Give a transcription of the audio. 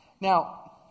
Now